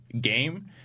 game